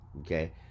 okay